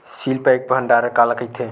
Seal pack भंडारण काला कइथे?